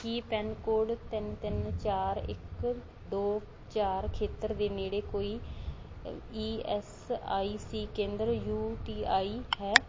ਕੀ pin code ਤਿੰਨ ਤਿੰਨ ਚਾਰ ਇੱਕ ਦੋ ਚਾਰ ਖੇਤਰ ਦੇ ਨੇੜੇ ਕੋਈ ਈ ਐੱਸ ਆਈ ਸੀ ਕੇਂਦਰ ਯੂ ਟੀ ਆਈ ਹੈ